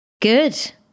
good